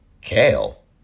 Kale